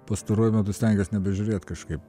pastaruoju metu stengiuos nebežiūrėt kažkaip